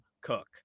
cook